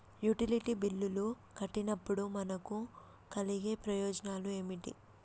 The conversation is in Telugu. యుటిలిటీ బిల్లులు కట్టినప్పుడు మనకు కలిగే ప్రయోజనాలు ఏమిటి?